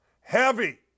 Heavy